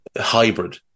hybrid